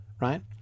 right